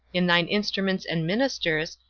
in thine instruments and ministers,